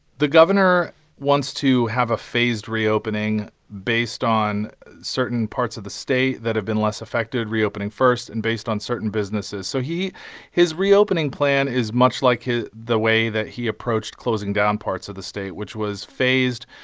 the governor wants to have a phased reopening based on certain parts of the state that have been less affected reopening first and based on certain businesses. so he his reopening plan is much like the way that he approached closing down parts of the state, which was phased,